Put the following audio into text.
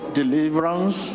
deliverance